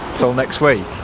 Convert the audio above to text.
till next week.